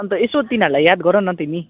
अन्त यसो तिनीहरूलाई याद गरन तिमी